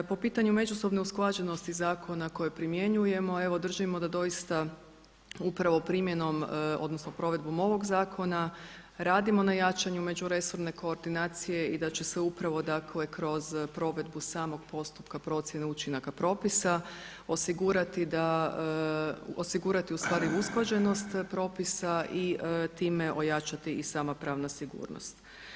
Po pitanju međusobne usklađenosti zakona koje primjenjujemo, evo držimo da doista upravo primjenom, odnosno provedbom ovog zakona radimo na jačanju međuresorne koordinacije i da će se upravo, dakle kroz provedbu samog postupka procjene učinaka propisa osigurati u stvari usklađenost propisa i time ojačati i sama pravna sigurnost.